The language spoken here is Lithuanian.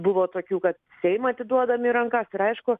buvo tokių kad seimą atiduodam į rankas ir aišku